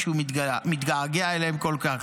שהוא מתגעגע אליהם כל כך.